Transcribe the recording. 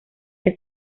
que